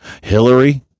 Hillary